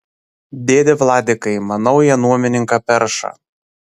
dėde vladikai man naują nuomininką perša